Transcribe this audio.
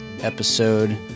episode